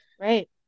Right